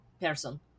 person